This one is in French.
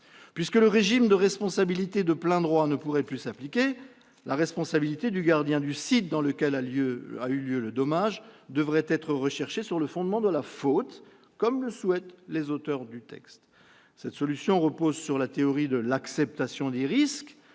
Puisque le régime de responsabilité de plein droit ne pourrait plus s'appliquer, la responsabilité du gardien du site dans lequel a eu lieu le dommage devrait être recherchée sur le fondement de la faute, comme le souhaitent les auteurs du texte. Cette solution repose sur la théorie de l'acceptation des risques,